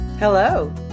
Hello